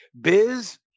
Biz